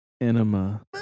Enema